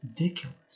ridiculous